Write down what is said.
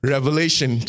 Revelation